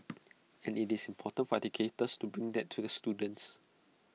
and IT is important for educators to bring that to the students